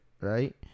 right